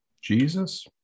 Jesus